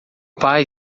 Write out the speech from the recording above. pai